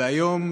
והיום,